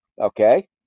Okay